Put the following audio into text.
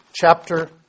chapter